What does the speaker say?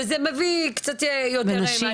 וזה מביא קצת יותר מעטפת.